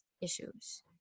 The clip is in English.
issues